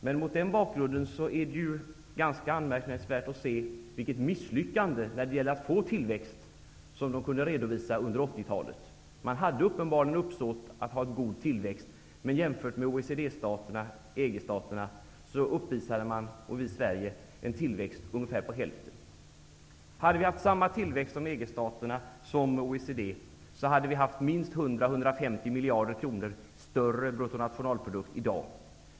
Men mot den bakgrunden är det ganska anmärkningsvärt att se vilket misslyckande när det gäller att få tillväxt som de kunde redovisa under 80-talet. Man hade uppenbarligen syftet att ha en god tillväxt, men jämfört med OECD och EG-staterna uppvisade Sverige en tillväxt som var ungefär hälften så stor. Hade Sverige haft samma tillväxt som OECD och EG, hade vi haft 100--150 miljarder kronor större bruttonationalprodukt i dag.